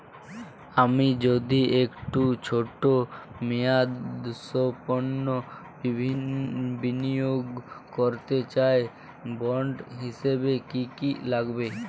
আমি যদি একটু ছোট মেয়াদসম্পন্ন বিনিয়োগ করতে চাই বন্ড হিসেবে কী কী লাগবে?